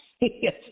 Yes